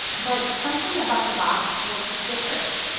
but something about the box was different.